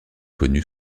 connu